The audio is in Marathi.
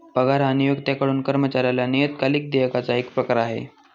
पगार हा नियोक्त्याकडून कर्मचाऱ्याला नियतकालिक देयकाचा एक प्रकार आहे